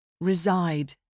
Reside